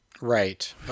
Right